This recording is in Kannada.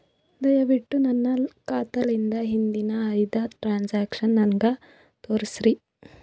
ದಯವಿಟ್ಟು ನನ್ನ ಖಾತಾಲಿಂದ ಹಿಂದಿನ ಐದ ಟ್ರಾಂಜಾಕ್ಷನ್ ನನಗ ತೋರಸ್ರಿ